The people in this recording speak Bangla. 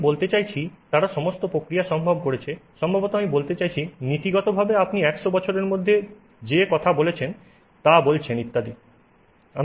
আমি বলতে চাইছি তারা সমস্ত প্রতিক্রিয়া সম্ভব করেছে সম্ভবত আমি বলতে চাইছি নীতিগতভাবে আপনি 100 বছরের মধ্যে আপনি যে কথা বলেছেন তা বলছেন ইত্যাদি